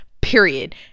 Period